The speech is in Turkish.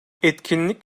etkinlik